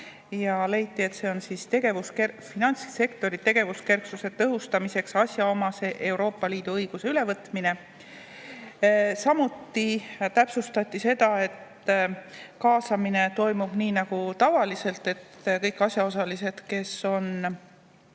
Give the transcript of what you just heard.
ja leiti, et see on finantssektori tegevuskerksuse tõhustamiseks asjaomase Euroopa Liidu õiguse ülevõtmine. Samuti täpsustati seda, et kaasamine toimub nii, nagu on tavaliselt, et kõik asjaosalised, kes on